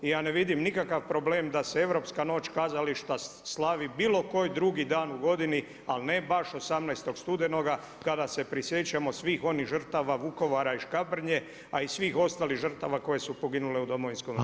I ja ne vidim nikakav problem da se Europska noć kazališta slavi bilo koji drugi dan u godini ali ne baš 18. studenoga kada se prisjećamo svih onih žrtava Vukovara i Škabrnje a i svih ostalih žrtava koje su poginule u Domovinskom ratu.